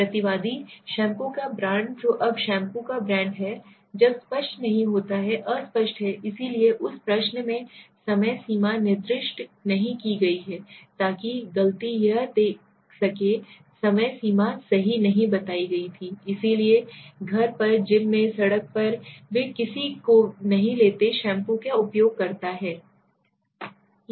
प्रतिवादी शैम्पू का ब्रांड जो अब शैम्पू का ब्रांड है जब स्पष्ट नहीं होता हैअस्पष्ट है इसलिए उस प्रश्न में समय सीमा निर्दिष्ट नहीं की गई है ताकि गलती यह देख सके समय सीमा सही नहीं बताई गई थी इसलिए घर पर जिम में सड़क पर वे किसी को नहीं लेते शैम्पू का उपयोग करता है